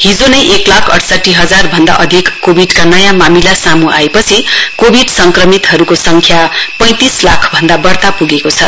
हिजोनै एक लाख अडसठी हजार भन्द अधिक कोविडका नयाँ मामिला सामू आएपछि कोविड संक्रमितहरुको संख्या पैंतिस लाख भन्दा बढ़का पुगेको छ